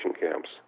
camps